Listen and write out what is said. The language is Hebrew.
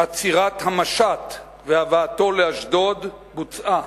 עצירת המשט והבאתו לאשדוד, בוצעה.